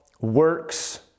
works